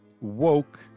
woke